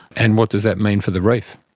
and what does that mean for the reef?